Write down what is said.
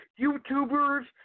YouTubers